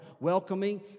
welcoming